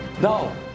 No